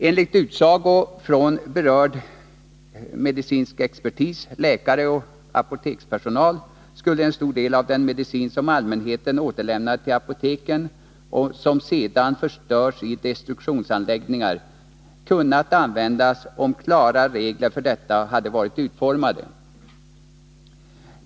Enligt utsago från berörd medicinsk expertis, läkare och apotekspersonal skulle en stor del av den medicin som allmänheten återlämnar till apoteken och som sedan förstörs i destruktionsanläggningar ha kunnat användas om klara regler för detta hade varit utformade.